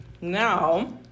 now